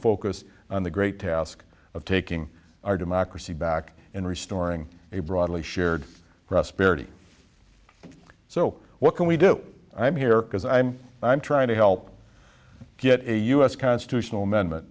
focus on the great task of taking our democracy back and restoring a broadly shared prosperity so what can we do i am here because i'm i'm trying to help get a u s constitutional amendment